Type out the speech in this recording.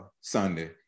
Sunday